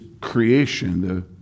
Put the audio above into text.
creation